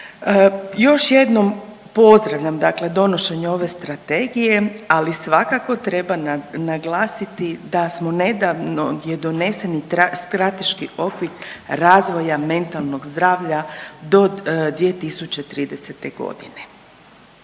Još jednom pozdravljam dakle donošenje ove strategije, ali svakako treba naglasiti da smo nedavno, je donesen i strateški okvir razvoja mentalnog zdravlja do 2030. godine.